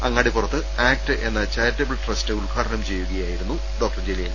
അങ്ങാടിപ്പുറത്ത് act എന്ന charitable trust ഉദ്ഘാടനം ചെയ്യുകയായിരുന്നു ഡോക്ടർ ജലീൽ